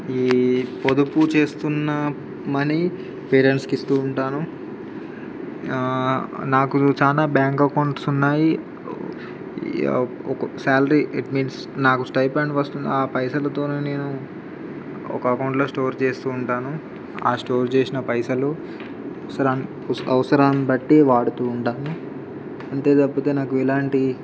ఈ పొదుపు చేస్తున్న మనీ పేరెంట్స్కు ఇస్తు ఉంటాను నాకు చాలా బ్యాంక్ అకౌంట్స్ ఉన్నాయి ఒక శాలరీ ఇట్ మీన్స్ నాకు స్టైఫండ్ వస్తుంది ఆ పైసలతో నేను ఒక అకౌంట్లో స్టోర్ చేస్తు ఉంటాను ఆ స్టోర్ చేసిన పైసలు అవసరా అవసరాన్ని బట్టి వాడుతు ఉంటాను అంతే తప్పితే నాకు ఎలాంటి